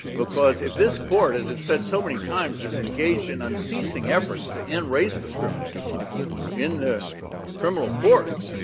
because if this court, as it said so many times, is engaged in unceasing efforts to end race discrimination in the criminal courts,